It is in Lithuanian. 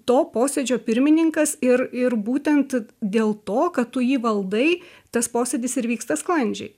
to posėdžio pirmininkas ir ir būtent dėl to kad tu jį valdai tas posėdis ir vyksta sklandžiai